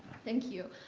thank you.